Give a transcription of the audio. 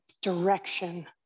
direction